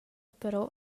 però